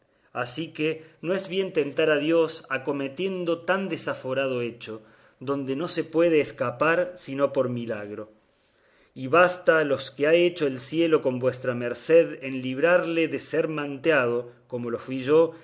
así que no es bien tentar a dios acometiendo tan desaforado hecho donde no se puede escapar sino por milagro y basta los que ha hecho el cielo con vuestra merced en librarle de ser manteado como yo lo fui